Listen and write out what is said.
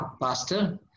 pastor